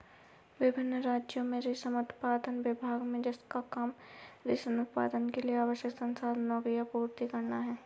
विभिन्न राज्यों में रेशम उत्पादन का विभाग है जिसका काम रेशम उत्पादन के लिए आवश्यक संसाधनों की आपूर्ति करना है